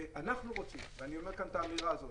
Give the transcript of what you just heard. אנחנו רוצים ואני אומר כאן את האמירה הזאת